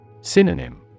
Synonym